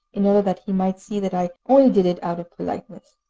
in order that he might see that i only did it out of politeness.